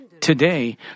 Today